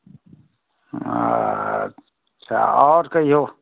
अच्छा आओर कहिऔ